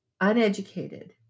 uneducated